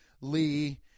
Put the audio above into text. Lee